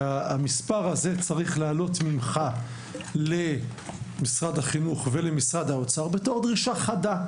המספר הזה צריך לעלות ממך למשרד החינוך ולמשרד האוצר בתור דרישה חדה,